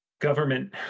government